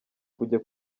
kujya